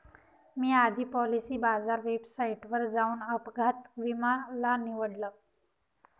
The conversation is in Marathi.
मी आधी पॉलिसी बाजार वेबसाईटवर जाऊन अपघात विमा ला निवडलं